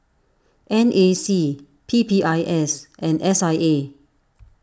N A C P P I S and S I A